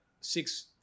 six